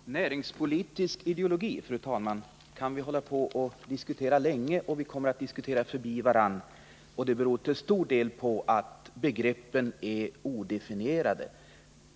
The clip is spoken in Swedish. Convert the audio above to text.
Fru talman! Näringspolitisk ideologi kan vi diskutera länge — vi kommer ändå att diskutera förbi varandra. Det beror till stor del på att begreppen är odefinierade.